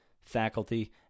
faculty